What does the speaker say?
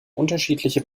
unterschiedliche